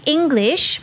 English